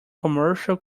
commercial